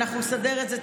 אנחנו נסדר את זה.